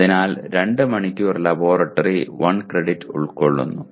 അതിനാൽ 2 മണിക്കൂർ laboratory 1 credit ഉൾക്കൊള്ളുന്നു